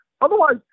otherwise